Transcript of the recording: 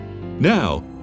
Now